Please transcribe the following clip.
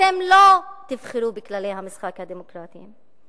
אתם לא תבחרו בכללי המשחק הדמוקרטיים.